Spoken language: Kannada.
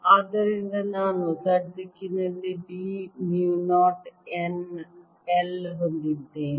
ಆದ್ದರಿಂದ ನಾನು z ದಿಕ್ಕಿನಲ್ಲಿ B ಮ್ಯೂ 0 n I ಹೊಂದಿದ್ದೇನೆ